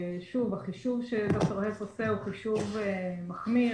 החישוב שד"ר האס עושה הוא חישוב מחמיר,